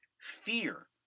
fear